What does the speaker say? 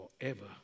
Forever